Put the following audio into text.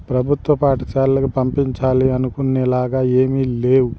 ప్రభుత్వ పాఠశాలకు పంపించాలి అనుకునేలాగా ఏమీ లేవు